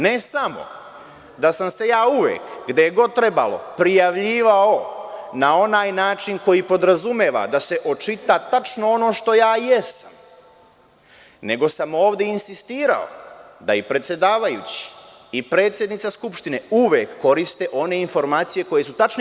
Ne samo da sam se uvek, gde je god trebalo, prijavljivao na onaj način koji podrazumeva da se očita tačno ono što ja jesam, nego sam ovde insistirao da i predsedavajući i predsednica Skupštine uvek koriste one informacije koje su tačne.